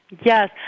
Yes